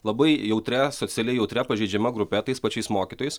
labai jautria socialiai jautria pažeidžiama grupe tais pačiais mokytojais